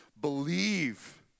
believe